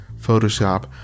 Photoshop